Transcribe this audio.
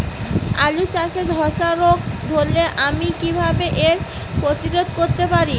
আলু চাষে ধসা রোগ ধরলে আমি কীভাবে এর প্রতিরোধ করতে পারি?